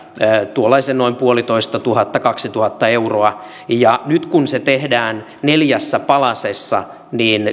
tuollaisen noin tuhatviisisataa viiva kaksituhatta euroa nyt kun se tehdään neljässä palasessa